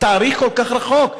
תאריך כל כך רחוק?